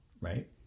right